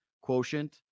quotient